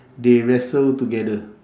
they wrestle together